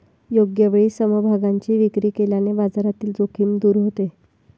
योग्य वेळी समभागांची विक्री केल्याने बाजारातील जोखीम दूर होते